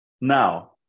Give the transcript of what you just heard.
Now